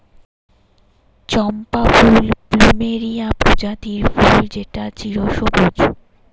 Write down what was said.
চম্পা ফুল প্লুমেরিয়া প্রজাতির ফুল যেটা চিরসবুজ